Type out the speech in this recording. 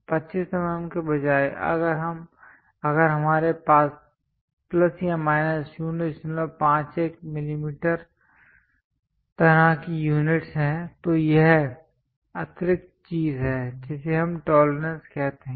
25 mm के बजाय अगर हमारे पास प्लस या माइनस 051 mm तरह की यूनिट्स हैं तो यह अतिरिक्त चीज है जिसे हम टोलरेंस कहते हैं